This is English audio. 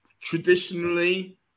traditionally